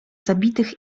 zabitych